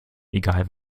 egal